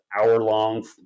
hour-long